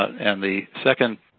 and the second